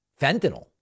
fentanyl